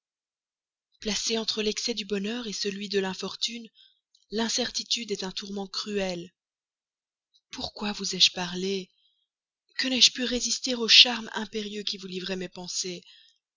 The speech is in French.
placé entre l'excès du bonheur celui de l'infortune l'incertitude est un tourment cruel pourquoi vous ai-je parlé que n'ai-je su résister au charme impérieux qui vous livrait mes pensées